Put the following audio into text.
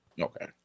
Okay